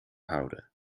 houden